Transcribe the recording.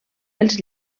els